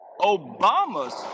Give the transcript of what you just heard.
Obama's